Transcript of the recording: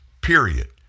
period